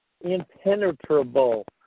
impenetrable